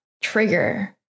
trigger